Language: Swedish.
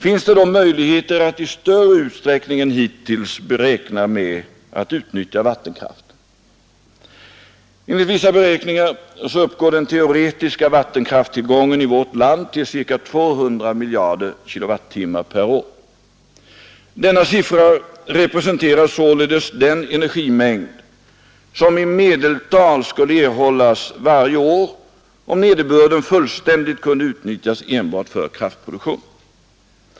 Finns det då möjligheter att i större utsträckning än vi hittills räknat med utnyttja vattenkraften? Enligt vissa beräkningar uppgår den teoretiska vattenkraftstillgången i vårt land till ca 200 miljarder kilowattimmar per år. Denna siffra representerar således den energimängd som i medeltal skulle erhållas varje år, om nederbörden fullständigt kunde utnyttjas enbart för kraftproduktion.